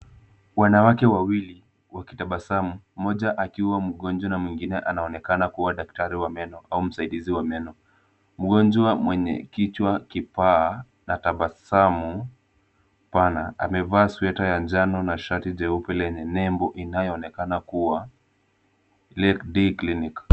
Wanawake wawili wakitabasamu. Mmoja akiwa mgonjwa na mwingine anaonekana kuwa daktari wa meno au msaidizi wa meno. Mgonjwa mwenye kichwa kipaa na tabasamu pana amevaa sweta ya njano na shati jeupe lenye nembo inayoonekana kuwa Lake D Clinic.